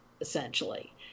essentially